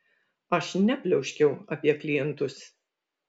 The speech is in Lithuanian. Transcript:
aš nepliauškiau apie klientus